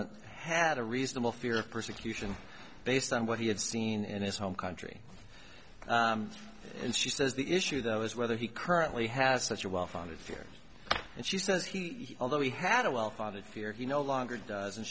t had a reasonable fear of persecution based on what he had seen in his home country and she says the issue though is whether he currently has such a well founded fear and she says he although he had a well founded fear he no longer does and